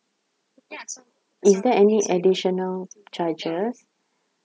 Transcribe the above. is there any additional charges